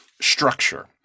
structure